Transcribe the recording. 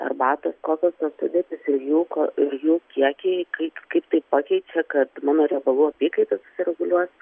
arbatos kokios tos sudėtys ir jų ko jų kiekiai kaip kaip taip pakeičia kad mano riebalų apykaita susireguliuos